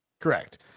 Correct